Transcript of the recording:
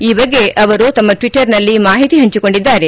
ಈ ಬಗ್ಗೆ ಅವರು ಅವರು ತಮ್ಮ ಟ್ವೀಟರ್ನಲ್ಲಿ ಮಾಹಿತಿ ಹಂಚಿಕೊಂಡಿದ್ದಾರೆ